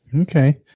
Okay